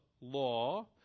law